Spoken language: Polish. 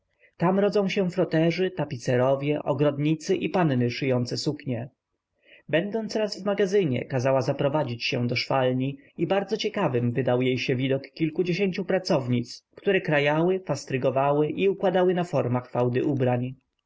tam rodzą się froterzy tapicerowie ogrodnicy i panny szyjące suknie będąc raz w magazynie kazała zaprowadzić się do szwalni i bardzo ciekawym wydał się jej widok kilkudziesięciu pracownic które krajały fastrygowały i układały na formach fałdy ubrań